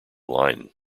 line